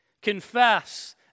Confess